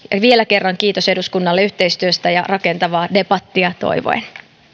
vielä kerran kiitos eduskunnalle yhteistyöstä rakentavaa debattia toivoen